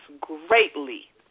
greatly